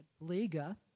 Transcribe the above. Liga